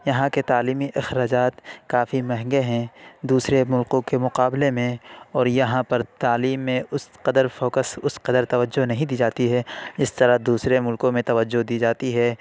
یہاں کے تعلیمی اخراجات کافی مہنگے ہیں دوسرے مُلکوں کے مقابلے میں اور یہاں پر تعلیم میں اُس قدر فوکس اُس قدر توجہ نہیں دی جاتی ہے جس طرح دوسرے مُلکوں میں توجہ دی جاتی ہے